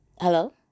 Hello